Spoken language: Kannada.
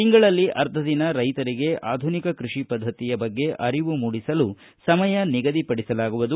ತಿಂಗಳಲ್ಲಿ ಅರ್ಧ ದಿನ ರೈತರಿಗೆ ಆಧುನಿಕ ಕೃಷಿ ಪದ್ದತಿಯ ಬಗ್ಗೆ ಅರಿವು ಮೂಡಿಸಲು ಸಮಯ ನಿಗದಿಪಡಿಸಲಾಗುವುದು